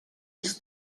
ens